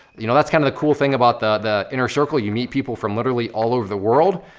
you know, that's kind of the cool thing about the the inner circle, you meet people from literally all over the world,